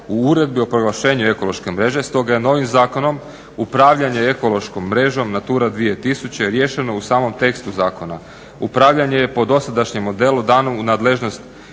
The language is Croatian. u Uredbi o proglašenju ekološke mreže stoga je novim zakonom upravljanje ekološkom mrežom Natura 2000 riješeno u samom tekstu zakona. Upravljanje je po dosadašnjem modelu dano u nadležnost